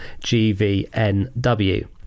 GVNW